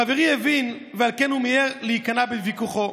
חברי הבין, ועל כן הוא מיהר להיכנע בוויכוחו.